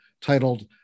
titled